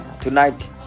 Tonight